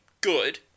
good